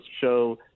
show